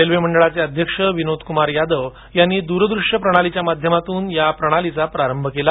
railway मंडळाचे अध्यक्ष विनोद कुमार यादव यांनी दूरदृष्य प्रणालीच्या माध्यमातून या प्रणालीचा प्रारंभ केला